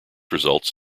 results